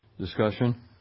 Discussion